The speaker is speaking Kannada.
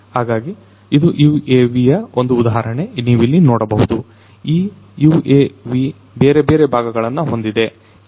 ಹಾಗಾಗಿ ಇದು UAVಯ ಒಂದು ಉದಾಹರಣೆ ನೀವಿಲ್ಲಿ ನೋಡಬಹುದು ಈ UAV ಬೇರೆಬೇರೆ ಭಾಗಗಳನ್ನು ಹೊಂದಿದೆ